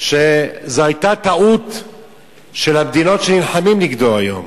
שזו היתה טעות של המדינות שנלחמות נגדו היום,